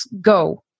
go